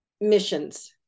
missions